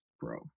bro